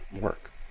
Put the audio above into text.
work